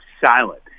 silent